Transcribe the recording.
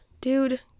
dude